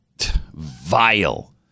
vile